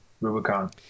Rubicon